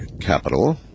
capital